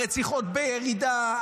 הרציחות בירידה,